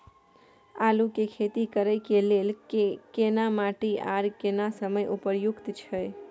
आलू के खेती करय के लेल केना माटी आर केना समय उपयुक्त छैय?